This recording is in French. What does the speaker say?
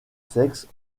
sexes